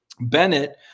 Bennett